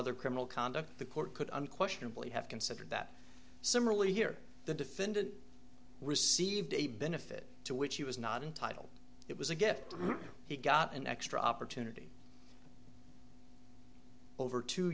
other criminal conduct the court could unquestionably have considered that similarly here the defendant received a benefit to which he was not entitle it was a gift he got an extra opportunity over two